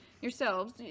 yourselves